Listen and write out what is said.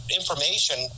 information